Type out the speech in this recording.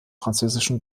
französischen